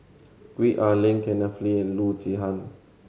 Gwee Ah Leng Kenneth Kee and Loo Zihan